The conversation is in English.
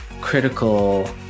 critical